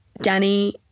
Danny